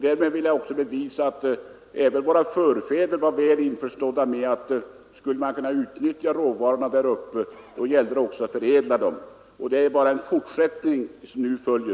Därmed vill jag också bevisa att även våra förfäder hade en klar insikt om att skulle man kunna utnyttja råvarorna där uppe gällde det också att förädla dem. Det är bara en fortsättning på den tankegången som nu följer.